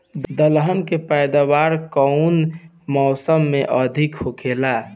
दलहन के पैदावार कउन मौसम में अधिक होखेला?